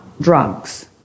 drugs